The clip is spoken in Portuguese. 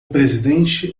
presidente